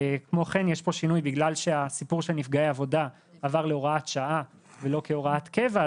כמו כן בגלל שהסיפור של נפגעי עבודה עבר להוראת שעה ולא כהוראת קבע,